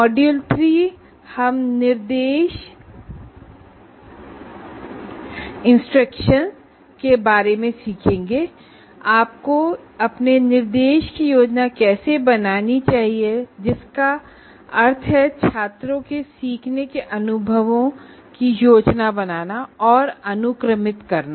module 3 में हम इंस्ट्रक्शनके बारे में सीखेंगे कि आपको इसके लिऐ योजना कैसे बनानी चाहिए अर्थात छात्रों के सीखने के अनुभवों की योजना बनाना और अनुक्रमित करना